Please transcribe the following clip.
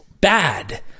bad